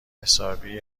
حسابی